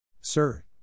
Sir